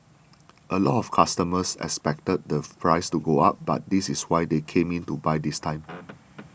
a lot of customers expected the price to go up but this is why they came in to buy this time